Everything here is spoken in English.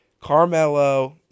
Carmelo